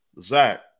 Zach